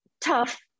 tough